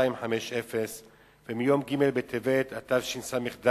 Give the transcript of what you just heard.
1250 מיום ג' בטבת התשס"ד,